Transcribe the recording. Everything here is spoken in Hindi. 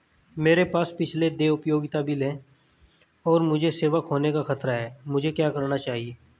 मेरे पास पिछले देय उपयोगिता बिल हैं और मुझे सेवा खोने का खतरा है मुझे क्या करना चाहिए?